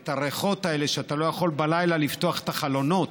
ואת הריחות האלה שאתה לא יכול בלילה לפתוח את החלונות,